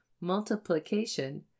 Multiplication